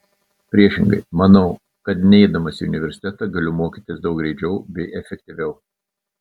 priešingai manau kad neidamas į universitetą galiu mokytis daug greičiau bei efektyviau